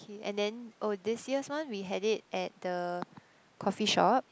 K and then oh this year's one we had it at the coffee shop